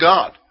God